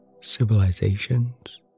civilizations